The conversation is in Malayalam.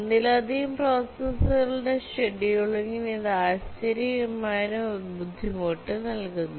ഒന്നിലധികം പ്രോസസ്സറുകളുടെ ഷെഡ്യൂളിംഗിന് ഇത് ആശ്ചര്യകരമായ ഒരു ബുദ്ധിമുട്ട് നൽകുന്നു